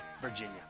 Virginia